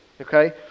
okay